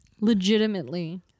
legitimately